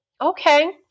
Okay